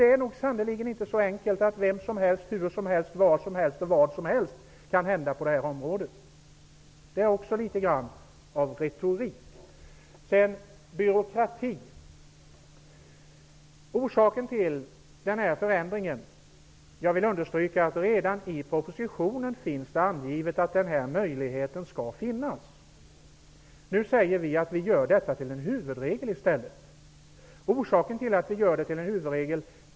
Det är sannerligen inte så enkelt att vem som helst kan starta vad som helst på det här området. Det är också litet grand av retorik. Hans Karlsson talar om byråkrati. Jag vill understryka att det redan i propositionen står angivet att möjligheten att använda sig av försäkringskassan skall finnas. Nu gör vi i stället detta till en huvudregel.